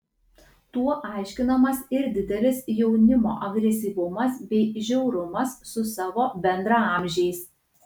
tuo aiškinamas ir didelis jaunimo agresyvumas bei žiaurumas su savo bendraamžiais